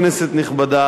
כנסת נכבדה,